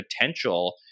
potential